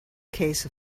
case